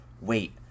wait